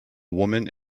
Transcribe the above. woman